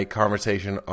conversation